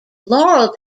laurel